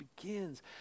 begins